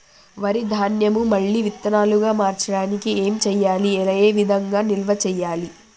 వరి ధాన్యము మళ్ళీ విత్తనాలు గా మార్చడానికి ఏం చేయాలి ఏ విధంగా నిల్వ చేయాలి?